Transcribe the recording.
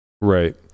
right